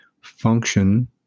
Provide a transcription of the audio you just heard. function